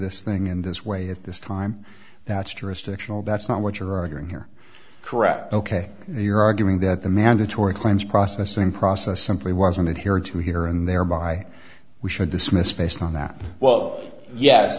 this thing in this way at this time that's jurisdictional that's not what you're arguing here correct ok you're arguing that the mandatory claims processing process simply wasn't here to hear and thereby we should dismiss based on that well ye